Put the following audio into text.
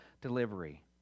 delivery